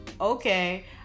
okay